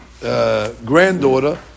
Granddaughter